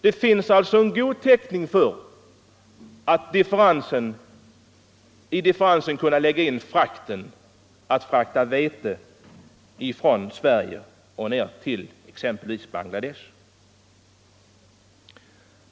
Det finns alltså god täckning för att i differensen lägga in kostnaden för frakt av vete från Sverige ned till exempelvis Bangladesh.